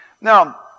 Now